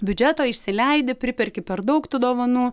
biudžeto išsileidi priperki per daug tų dovanų